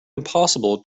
impossible